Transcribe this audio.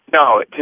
no